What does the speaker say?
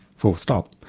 full stop.